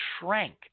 shrank